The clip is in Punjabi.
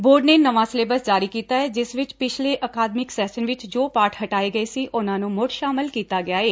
ਬੋਰਡ ਨੇ ਨਵਾਂ ਸਿਲੇਬਸ ਜਾਰੀ ਕੀਤਾ ਏ ਜਿਸ ਵਿਚ ਪਿਛਲੇ ਅਕਾਦਮਿਕ ਸੈਸ਼ਨ ਵਿਚ ਜੋ ਪਾਠ ਹਟਾਏ ਗਏ ਸੀ ਉਨ੍ਹਾਂ ਨੂੰ ਮੁੜ ਸ਼ਾਮਲ ਕੀਤਾ ਗਿਆ ਏ